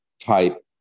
type